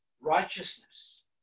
righteousness